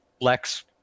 Lex